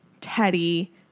Teddy